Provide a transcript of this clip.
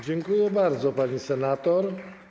Dziękuję bardzo, pani senator.